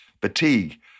fatigue